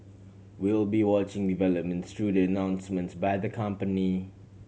we will be watching developments through the announcements by the company